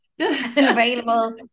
available